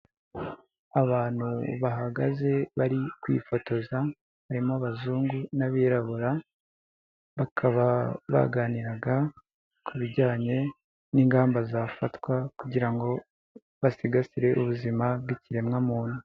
Abantu bahagaze bari kwifotoza harimo abazungu n'abirabura, bakaba baganiraga ku bijyanye n'ingamba zafatwa kugira ngo basigasire ubuzima bw'ikiremwamuntu.